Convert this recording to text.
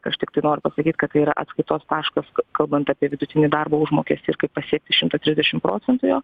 aš tiktai noriu pasakyt kad tai yra atskaitos taškas kalbant apie vidutinį darbo užmokestį ir kaip pasiekti šimtą trisdešimt procentų jo